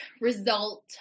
result